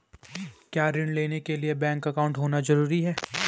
क्या ऋण लेने के लिए बैंक अकाउंट होना ज़रूरी है?